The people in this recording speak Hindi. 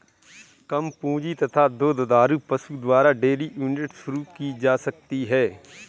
कम पूंजी तथा दो दुधारू पशु द्वारा डेयरी यूनिट शुरू की जा सकती है